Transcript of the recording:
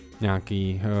nějaký